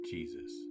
Jesus